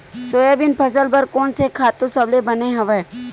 Soybean फसल बर कोन से खातु सबले बने हवय?